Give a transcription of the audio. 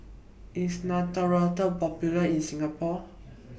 IS Neostrata Popular in Singapore